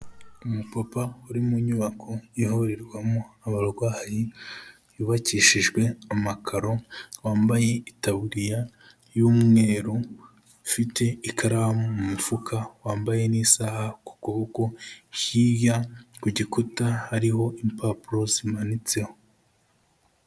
Umu papa uri mu nyubako ihurirwamo abarwayi, yubakishijwe amakaro, wambaye itaburiya y'umweru, ufite ikaramu mu mufuka, wambaye n'isaha ku kuboko, hiya ku gikuta hariho impapuro zimanitseho.